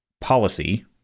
policy